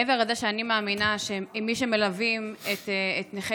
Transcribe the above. מעבר לזה שאני מאמינה שמי שמלווים את נכי